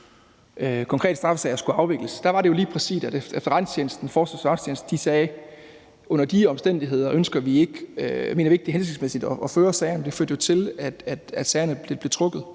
konkrete straffesager skulle afvikles, var det jo lige præcis sådan, at Forsvarets Efterretningstjeneste sagde, at de under de omstændigheder ikke mener, det er hensigtsmæssigt at føre sagerne, men det førte jo til, at sagerne blev trukket.